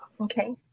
Okay